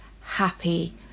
happy